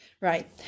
Right